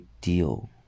deal